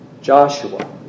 Joshua